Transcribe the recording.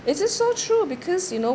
it's just so true because you know